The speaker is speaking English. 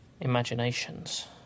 imaginations